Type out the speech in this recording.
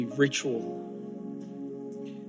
ritual